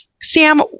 Sam